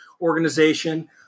organization